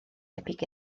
debyg